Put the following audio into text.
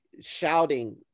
shouting